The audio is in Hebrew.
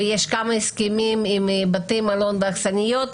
ויש כמה הסכמים עם בתי מלון ואכסניות.